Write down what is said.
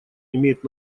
имеет